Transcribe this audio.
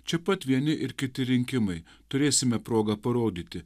čia pat vieni ir kiti rinkimai turėsime progą parodyti